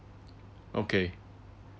okay